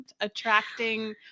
attracting